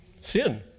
sin